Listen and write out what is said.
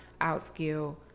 outskill